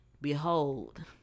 Behold